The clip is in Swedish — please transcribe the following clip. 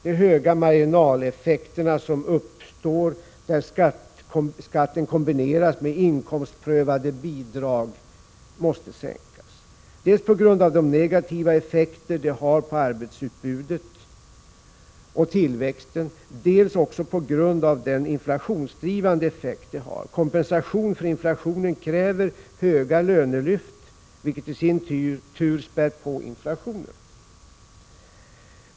De höga marginaleffekter som uppstår där skatten kombineras med inkomstprövade bidrag måste minskas, dels på grund av de negativa effekterna på arbetsutbudet och tillväxten, dels på grund av den inflationsdrivande effekten — kompensation för inflation kräver höga lönelyft, vilket i sin tur späder på inflationen.